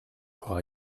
vor